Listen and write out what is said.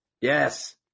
Yes